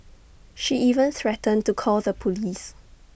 she even threatened to call the Police